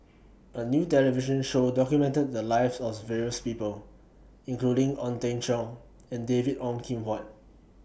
A New television Show documented The Lives oath various People including Ong Teng Cheong and David Ong Kim Huat